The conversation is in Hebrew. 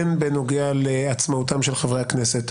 הן בנוגע לעצמאותם של חברי הכנסת,